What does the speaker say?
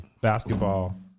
basketball